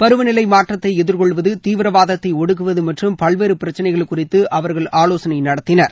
பருவநிலை மாற்றத்தை எதிர்கொள்வது தீவிரவாதத்தை ஒடுக்குவது மற்றும் பல்வேறு பிரச்சினைகள் குறித்து அவர்கள் அலோசனை நடத்தினர்